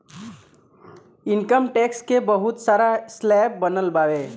income tax के बहुत सारा स्लैब बनल बावे